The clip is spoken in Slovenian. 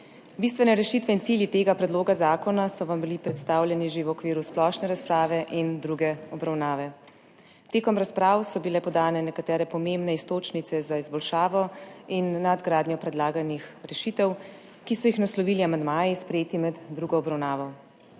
Bistvene rešitve in cilji tega predloga zakona so vam bili predstavljeni že v okviru splošne razprave in druge obravnave. V razpravi so bile podane nekatere pomembne iztočnice za izboljšavo in nadgradnjo predlaganih rešitev, ki so jih naslovili amandmaji, sprejeti med drugo obravnavo.